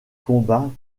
combat